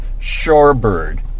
Shorebird